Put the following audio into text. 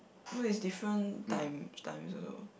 no it's different time times also